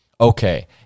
okay